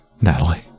Natalie